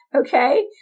Okay